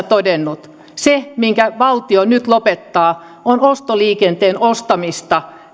todennut se minkä valtio nyt lopettaa on ostoliikenteen ostaminen